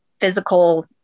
physical